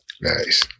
Nice